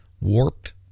warped